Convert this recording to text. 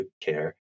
care